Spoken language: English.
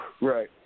Right